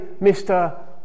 Mr